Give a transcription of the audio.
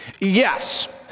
Yes